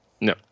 No